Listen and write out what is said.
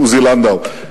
עוזי לנדאו.